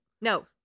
No